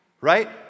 Right